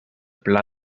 pla